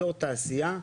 אזור תעשייה,